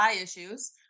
issues